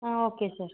okay sir